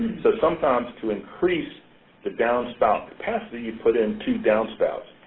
so sometimes, to increase the downspout capacity, you put in two downspouts,